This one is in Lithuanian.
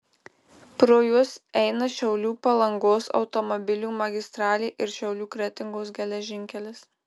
pro juos eina šiaulių palangos automobilių magistralė ir šiaulių kretingos geležinkelis